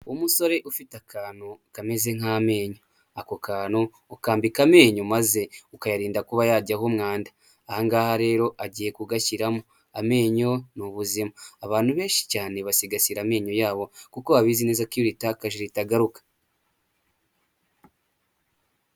Umusore ufite akantu kameze nk'amenyo ako kantu ukambika amenyo maze ukayarinda kuba yajyaho umwanda, aha ngaha rero agiye kugashyiramo amenyo ni ubuzima abantu benshi cyane basigasira amenyo ya kuko babizi neza ko iyo uritakaje ritagaruka.